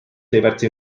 liberty